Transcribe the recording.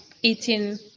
eating